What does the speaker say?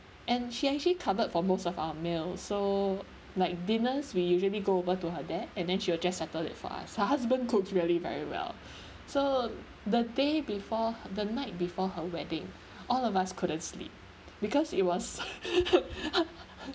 and she actually covered for most of our meal so like dinners we usually go over to her there and then she will just settle it for us her husband cooks really very well so the day before the night before her wedding all of us couldn't sleep because it was